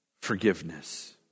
forgiveness